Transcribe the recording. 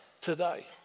today